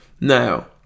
Now